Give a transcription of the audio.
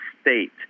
state